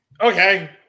Okay